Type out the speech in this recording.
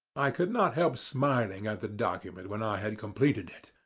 i could not help smiling at the document when i had completed it.